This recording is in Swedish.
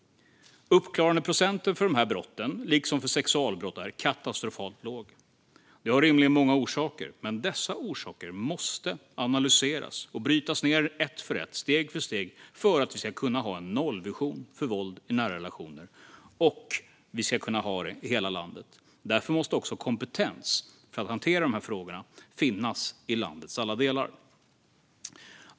Uppklarandeprocenten för dessa brott liksom för sexualbrott är katastrofalt låg. Det har rimligen många orsaker, men dessa orsaker måste analyseras och brytas ned en för en, steg för steg, för att vi ska kunna ha en nollvision för våld i nära relationer - och vi ska kunna ha det i hela landet. Därför måste också kompetens för att hantera dessa allvarliga frågor finnas i landets alla delar.